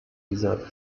dieser